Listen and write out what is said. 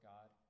God